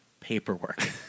paperwork